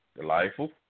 Delightful